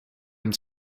and